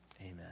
Amen